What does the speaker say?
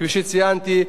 כפי שציינתי,